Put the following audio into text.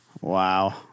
Wow